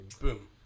Boom